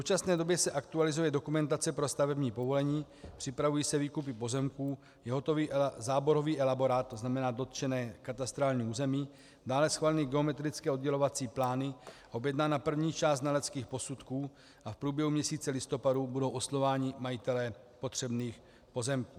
V současné době se aktualizuje dokumentace pro stavební povolení, připravují se výkupy pozemků, vyhotovuje se záborový elaborát, to znamená dotčené katastrální území, dále schváleny geometrické oddělovací plány, objednána první část znaleckých posudků a v průběhu měsíce listopadu budou oslovováni majitelé potřebných pozemků.